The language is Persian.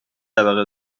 طبقه